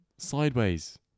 sideways